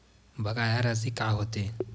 बकाया राशि का होथे?